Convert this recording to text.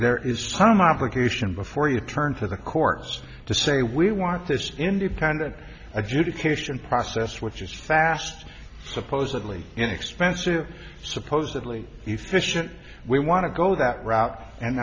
there is some obligation before you turn to the courts to say we want this independent adjudication process which is fast supposedly inexpensive supposedly efficient we want to go that route and